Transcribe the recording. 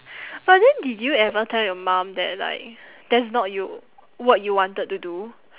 but then did you ever tell your mum that like that's not you what you wanted to do